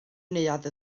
neuadd